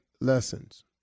lessons